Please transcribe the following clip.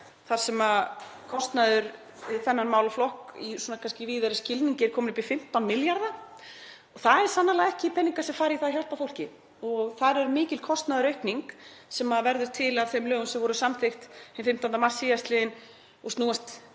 þar sem kostnaður við þennan málaflokk í víðari skilningi er kominn upp í 15 milljarða. Það eru sannarlega ekki peningar sem fara í það að hjálpa fólki. Þar er mikil kostnaðaraukning sem verður til af þeim lögum sem voru samþykkt hinn 15. mars síðastliðinn og snúast